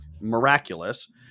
miraculous